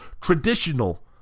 traditional